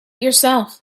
yourself